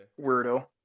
Weirdo